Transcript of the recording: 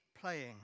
playing